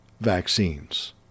vaccines